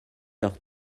leurs